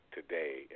today